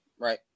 Right